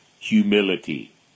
humility